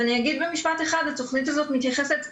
ואני אגיד במשפט אחד, התוכנית הזאת מתייחסת גם,